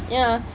ya